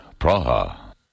Praha